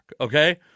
okay